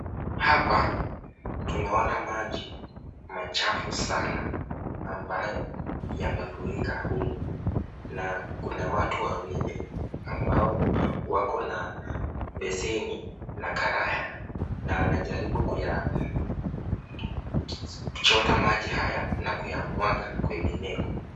Hapa tunaona maji machafu sana ambayo yamefurika humu na kuna watu wawili ambao wako na besini na karaya na wanajaribu kuyachota maji haya na kuyamwaga kwengineko.